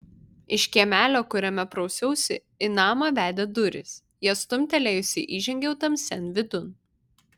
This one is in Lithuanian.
iš kiemelio kuriame prausiausi į namą vedė durys jas stumtelėjusi įžengiau tamsian vidun